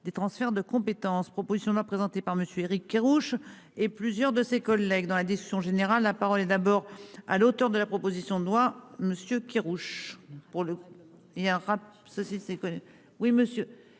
des transferts de compétence proposition doit présenté par monsieur Éric Kerrouche et plusieurs de ses collègues dans la discussion générale. La parole est d'abord à l'auteur de la proposition de loi Monsieur